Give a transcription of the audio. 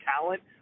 talent